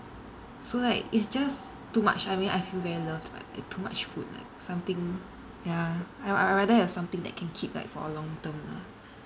so like it's just too much I mean I feel very loved but like too much food like something ya I I I'd rather have something that can keep like for a long term lah